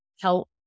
help